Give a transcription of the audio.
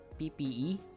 PPE